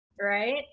Right